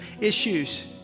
issues